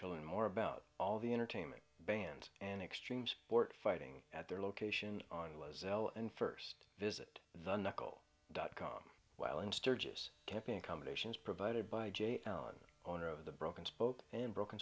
to learn more about all the entertainment band and extreme sport fighting at their location on was l and first visit the nickel dot com while in sturgis camping accommodations provided by jay allen owner of the broken spoke and broken